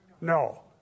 No